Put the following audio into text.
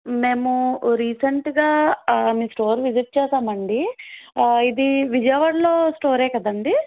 మేము రీసెంట్గా మీ స్టోర్ విసిట్ చేసామండీ ఇది విజయవాడలో స్టోరే కదండీ